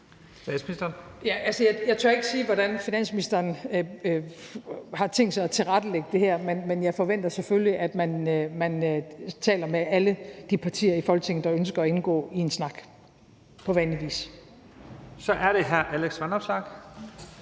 Jeg tør ikke sige, hvordan finansministeren har tænkt sig at tilrettelægge det her. Men jeg forventer selvfølgelig, at man taler med alle de partier i Folketinget, der ønsker at indgå i en snak – på vanlig vis. Kl. 23:47 Første næstformand